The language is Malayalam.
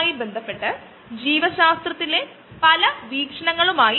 ബയോ എത്തനോൾ ബയോ ഡീസൽ ഉത്പാദനം ബയോ പ്രോസസ്സ് വഴി നടക്കുന്നു